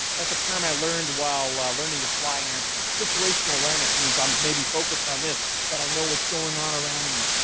that's a term i learned while while learning to fly an airplane. situational awareness means i'm, maybe focused on this but i know what's going on around me.